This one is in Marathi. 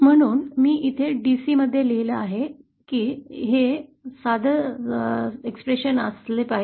म्हणूनच मी इथे dc मध्ये लिहिलं आहे की हे साध समीकरण असल पाहिजे